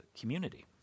community